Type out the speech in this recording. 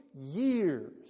years